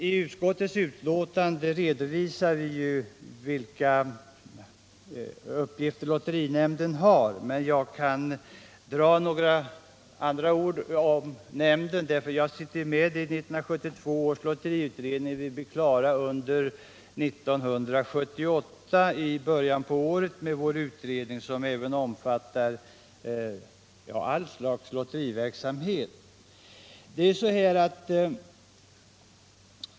I utskottets betänkande redovisar vi vilka uppgifter lotterinämnden har, men jag kan nämna något mera om det här, eftersom jag sitter med i 1972 års lotteriutredning. Vi blir klara i början på 1978 med vår utredning, som omfattar allt slags lotteriverksamhet.